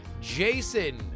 Jason